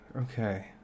okay